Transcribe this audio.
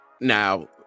now